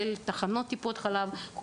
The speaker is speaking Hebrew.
תחנות טיפות חלב,